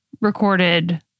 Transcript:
recorded